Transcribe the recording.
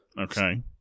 Okay